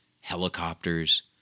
helicopters